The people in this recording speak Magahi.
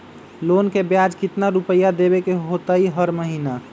लोन के ब्याज कितना रुपैया देबे के होतइ हर महिना?